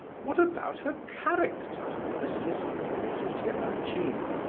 what about her character? persisted mrs. yeah epanchin.